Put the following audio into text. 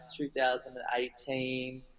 2018